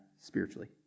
spiritually